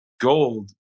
gold